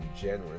generous